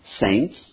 saints